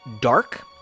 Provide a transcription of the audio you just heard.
dark